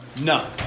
No